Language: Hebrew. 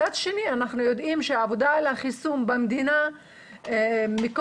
מצד שני אנחנו יודעים שהעבודה על החיסון במדינה של כל